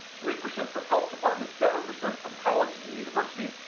three percent from health departments. seven percent from colleges and universities,